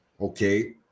Okay